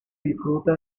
disfruta